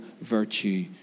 virtue